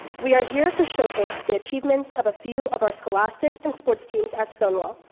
we are here to showcase the achievements of a few of our scholastic and sports teams at stonewall.